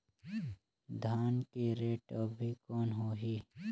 धान के रेट अभी कौन होही?